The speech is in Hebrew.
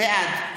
בעד